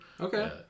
Okay